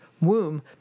womb